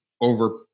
over